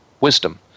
wisdom